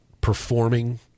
performing